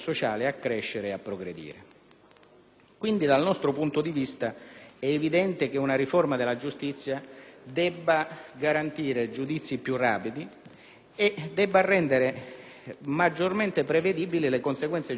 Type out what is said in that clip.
Dal nostro punto di vista è evidente che una riforma della giustizia debba garantire giudizi più rapidi e rendere maggiormente prevedibili le conseguenze giuridiche dei comportamenti dei cittadini,